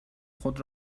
خود